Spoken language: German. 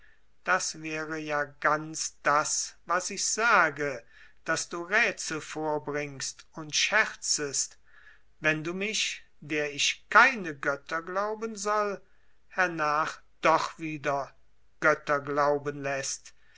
das wäre ja ganz das was ich sage daß du rätsel vorbringst und scherzest wenn du mich der ich keine götter glauben soll hernach doch wieder götter glauben läßt